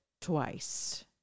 twice